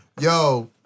yo